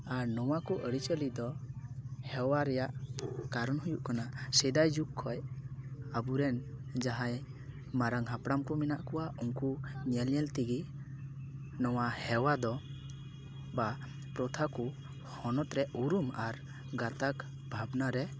ᱟᱨ ᱱᱚᱣᱟ ᱠᱚ ᱟᱹᱨᱤᱼᱪᱟᱹᱞᱤ ᱫᱚ ᱦᱮᱣᱟ ᱨᱮᱭᱟᱜ ᱠᱟᱨᱚᱱ ᱦᱩᱭᱩᱜ ᱠᱟᱱᱟ ᱥᱮᱫᱟᱭ ᱡᱩᱜᱽ ᱠᱷᱚᱡ ᱟᱵᱚᱨᱮᱱ ᱡᱟᱦᱟᱭ ᱢᱟᱨᱟᱝ ᱦᱟᱯᱲᱟᱢ ᱠᱚ ᱢᱮᱱᱟᱜ ᱠᱚᱣᱟ ᱩᱱᱠᱩ ᱧᱮᱞ ᱧᱮᱞ ᱛᱮᱜᱮ ᱱᱚᱣᱟ ᱦᱮᱣᱟ ᱫᱚ ᱵᱟ ᱯᱚᱨᱛᱷᱟ ᱠᱚ ᱦᱚᱱᱚᱛ ᱨᱮ ᱩᱨᱩᱢ ᱟᱨ ᱜᱟᱛᱟᱠ ᱵᱷᱟᱵᱽᱱᱟ ᱨᱮ